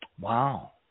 Wow